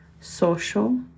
social